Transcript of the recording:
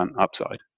upside